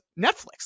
Netflix